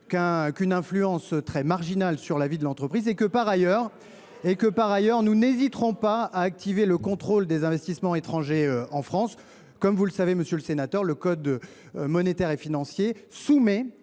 qu’une influence très marginale sur la vie de l’entreprise. Par ailleurs, nous n’hésiterons pas à activer le contrôle des investissements étrangers en France. Comme vous le savez, monsieur le sénateur, le code monétaire et financier soumet